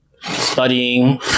studying